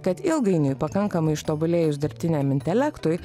kad ilgainiui pakankamai ištobulėjus dirbtiniam intelektui